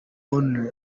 only